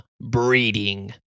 breeding